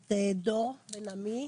את דור בן עמי,